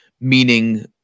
meaning